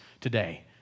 today